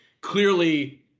clearly